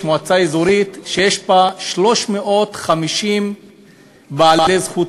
יש מועצה אזורית שיש בה 350 בעלי זכות